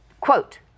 Quote